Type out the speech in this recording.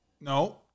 No